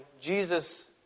Jesus